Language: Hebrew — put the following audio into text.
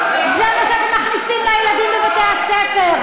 זה מה שאתם מכניסים לילדים בבתי-הספר.